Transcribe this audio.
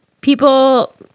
people